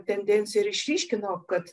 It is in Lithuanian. tendencija ir išryškino kad